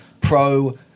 pro